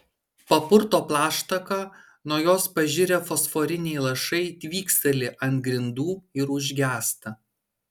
papurto plaštaką nuo jos pažirę fosforiniai lašai tvyksteli ant grindų ir užgęsta